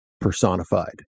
personified